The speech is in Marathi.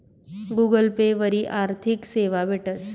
गुगल पे वरी आर्थिक सेवा भेटस